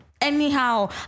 anyhow